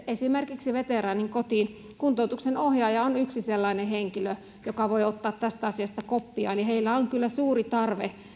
esimerkiksi veteraanin kotiin kuntoutuksen ohjaaja on yksi sellainen henkilö joka voi ottaa tästä asiasta koppia eli heille on kyllä suuri tarve